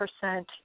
percent